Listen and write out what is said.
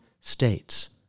states